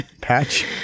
Patch